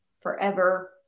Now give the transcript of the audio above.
forever